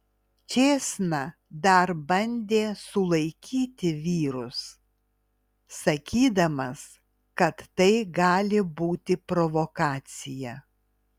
čėsna dar bandė sulaikyti vyrus sakydamas kad tai gali būti provokacija